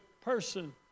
person